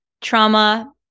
trauma